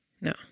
No